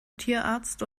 tierarzt